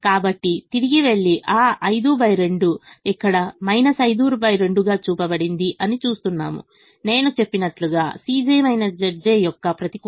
కాబట్టి తిరిగి వెళ్లి ఆ 52 ఇక్కడ 52 గా చూపబడింది అని చూస్తున్నాము నేను చెప్పినట్లుగా యొక్క ప్రతికూలత